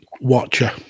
watcher